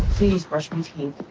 please brush my teeth?